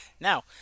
Now